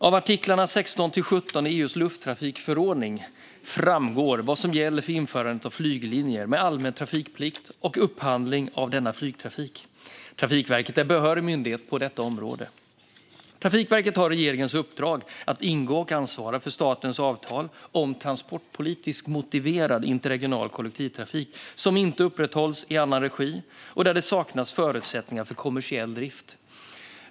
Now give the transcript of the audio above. Av artiklarna 16-17 i EU:s lufttrafikförordning framgår vad som gäller för införande av flyglinjer med allmän trafikplikt och upphandling av denna flygtrafik. Trafikverket är behörig myndighet på detta område. Trafikverket har regeringens uppdrag att ingå och ansvara för statens avtal om transportpolitiskt motiverad interregional kollektivtrafik som inte upprätthålls i annan regi och där det saknas förutsättningar för kommersiell drift.